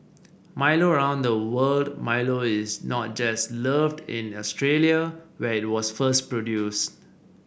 Milo around the world Milo is not just loved in Australia where it was first produced